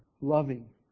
loving